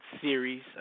series